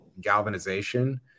galvanization